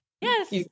Yes